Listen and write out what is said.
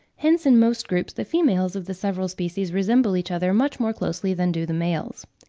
hence in most groups the females of the several species resemble each other much more closely than do the males.